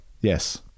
Yes